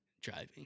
driving